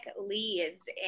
leads